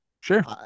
Sure